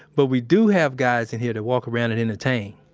but we do have guys in here that walk around and entertain.